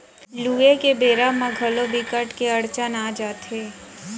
लूए के बेरा म घलोक बिकट के अड़चन आ जाथे